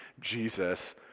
Jesus